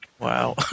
Wow